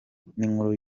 n’inkuru